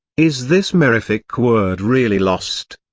is this mirific word really lost?